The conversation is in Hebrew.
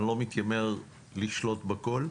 אני לא מתיימר לשלוט בכל,